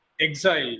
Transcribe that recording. exile